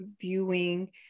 viewing